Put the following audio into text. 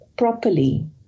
properly